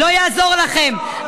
לא יעזור לכם,